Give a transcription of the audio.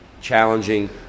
challenging